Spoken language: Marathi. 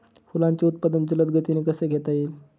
फुलांचे उत्पादन जलद गतीने कसे घेता येईल?